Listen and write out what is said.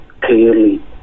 clearly